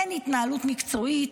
אין התנהלות מקצועית.